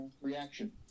reaction